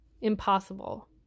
impossible